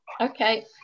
okay